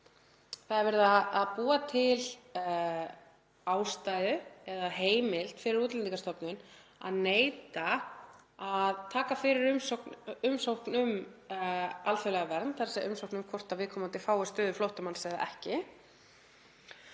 Það er verið að búa til ástæðu eða heimild fyrir Útlendingastofnun til að neita að taka fyrir umsókn um alþjóðlega vernd, þ.e. umsókn um hvort viðkomandi fái stöðu flóttamanns eða ekki.